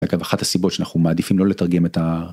אחת הסיבות שאנחנו מעדיפים לא לתרגם את ה.